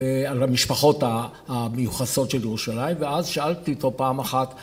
על המשפחות המיוחסות של ירושלים ואז שאלתי אותו פעם אחת